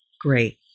Great